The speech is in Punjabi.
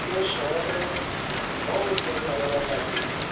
ਕਿ ਉਹ ਸ਼ਰਟ ਬਹੁਤ ਵਧੀਆ ਸਰ ਉਹਦਾ ਫੈਬਰਿਕ ਆ